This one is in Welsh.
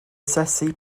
asesu